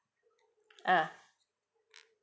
ah